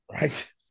Right